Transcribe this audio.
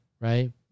right